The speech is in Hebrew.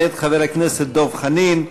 מאת חבר הכנסת דב חנין.